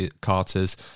carters